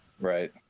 right